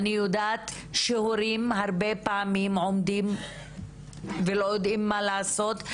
אני יודעת שהורים הרבה פעמים עומדים ולא יודעים מה לעשות,